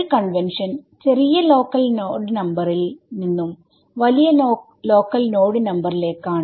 ഒരു കൺവെൻഷൻ ചെറിയ local node നമ്പറിൽ നിന്നും വലിയ ലോക്കൽ നോഡ് നമ്പർ ലേക്കാണ്